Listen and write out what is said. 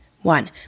One